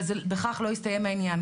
אבל בכך לא הסתיים העניין.